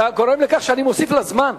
אתה גורם לזה שאני מוסיף לה זמן.